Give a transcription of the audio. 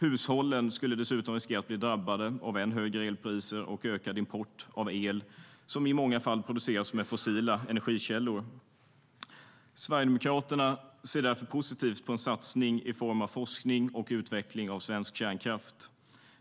Hushållen skulle dessutom riskera att bli drabbade av än högre elpriser och ökad import av el som i många fall produceras med fossila energikällor. Sverigedemokraterna ser därför positivt på en satsning i form av forskning och utveckling av svensk kärnkraft.